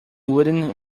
wooden